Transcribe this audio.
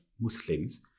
Muslims